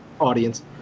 audience